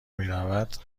میرود